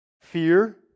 fear